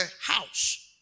house